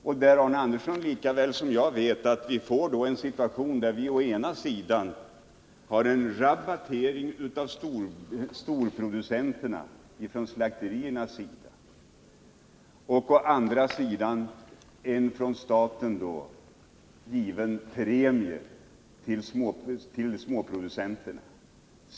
Arne Andersson vet lika väl som jag att vi då får en situation där vi å ena sidan har en rabattering av storproducenterna ifrån slakteriernas sida och å andra sidan en från staten given premie till småproducenterna.